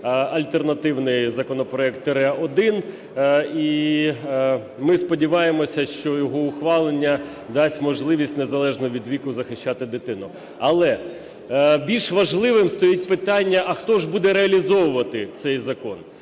альтернативний законопроект "тире 1", і ми сподіваємося, що його ухвалення дасть можливість незалежно від віку захищати дитину. Але більш важливим стоїть питання: а хто ж буде реалізовувати цей закон?